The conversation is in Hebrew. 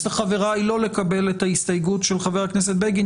לחבריי לא לקבל את ההסתייגות של חבר הכנסת בגין